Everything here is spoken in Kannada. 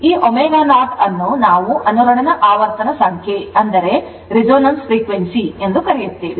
ಈ ω0 ಅನ್ನು ನಾವು ಅನುರಣನ ಆವರ್ತನ ಸಂಖ್ಯೆ ಎಂದು ಕರೆಯುತ್ತೇವೆ